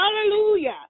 Hallelujah